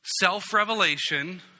self-revelation